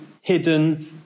hidden